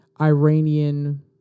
Iranian